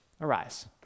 arise